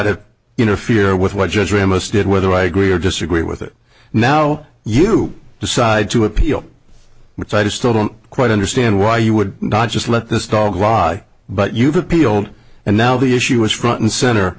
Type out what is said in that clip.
ramos did whether i agree or disagree with it now you decide to appeal which i did still don't quite understand why you would not just let this dog lie but you've appealed and now the issue was front and center